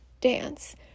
dance